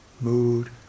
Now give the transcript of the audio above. mood